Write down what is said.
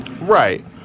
Right